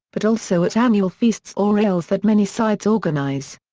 but also at annual feasts or ales that many sides organise.